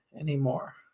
anymore